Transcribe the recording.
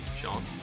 Sean